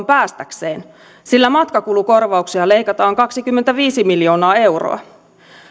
päästääkseen sillä matkakulukorvauksia leikataan kaksikymmentäviisi miljoonaa euroa